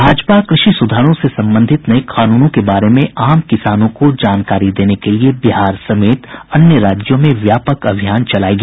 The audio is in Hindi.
भारतीय जनता पार्टी कृषि सुधारों से संबंधित नये कानूनों के बारे में आम किसानों को जानकारी देने के लिये बिहार समेत अन्य राज्यों में व्यापक अभियान चलायेगी